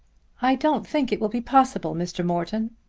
i don't think it will be possible, mr. morton.